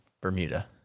Bermuda